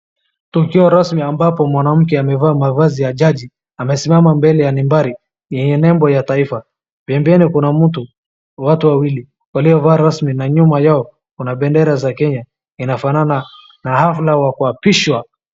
Tukio rasmi ambapo mwanamke amevaa mavazi ya jaji, amesimama mbele ya nembari yenye nembo ya taifa. Pembeni kuna mtu, watu wawili waliovaa rasmi na nyuma yao kuna bendera za Kenya. Inafanana na hafla wa kuapishwa.